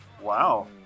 Wow